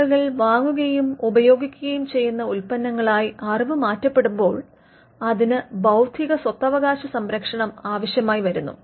ആളുകൾ വാങ്ങുകയും ഉപയോഗിക്കുകയും ചെയ്യുന്ന ഉത്പന്നങ്ങളായി അറിവ് മാറ്റപ്പെടുമ്പോൾ അതിന് ബൌദ്ധിക സ്വത്തവകാശ സംരക്ഷണം ആവശ്യമായിവരുന്നു